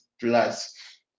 plus